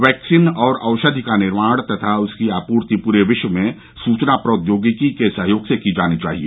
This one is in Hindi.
वैक्सीन और औषधि का निर्माण तथा उनकी आपूर्ति पूरे विश्व में सुचना प्रौद्योगिकी के सहयोग से की जानी चाहिए